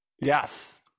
Yes